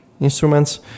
instruments